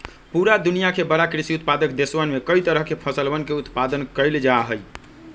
पूरा दुनिया के बड़ा कृषि उत्पादक देशवन में कई तरह के फसलवन के उत्पादन कइल जाहई